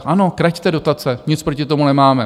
Ano, kraťte dotace, nic proti tomu nemáme.